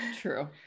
True